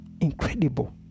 Incredible